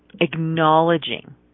acknowledging